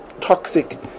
toxic